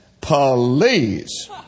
Police